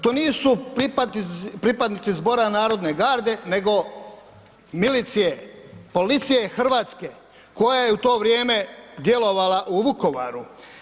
To nisu pripadnici Zbora narodne garde, nego milicije, policije hrvatske koja je u to vrijeme djelovala u Vukovaru.